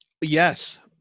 Yes